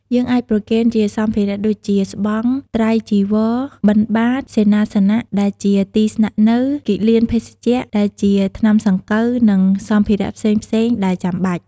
យើងអាចប្រគេនជាសម្ភារៈដូចជា ស្បង់ ត្រៃចីវរ បិណ្ឌបាត សេនាសនៈ ដែលជា ទីស្នាក់នៅ គិលានភេសជ្ជៈ ដែលជា ថ្នាំសង្កូវ និងសម្ភារៈផ្សេងៗដែលចាំបាច់។